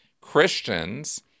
Christians